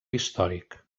històric